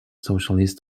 socialist